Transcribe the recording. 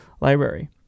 library